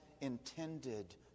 intended